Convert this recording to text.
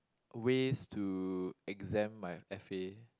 ways to exempt my f_a